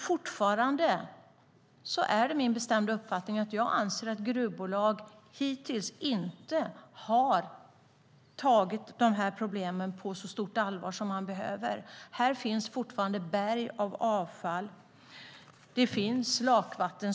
Fortfarande är detta min bestämda uppfattning: Jag anser att gruvbolag hittills inte har tagit dessa problem på så stort allvar som de skulle behöva göra. Här finns fortfarande berg av avfall. Som vi vet finns det lakvatten.